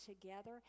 together